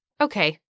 Okay